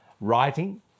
writing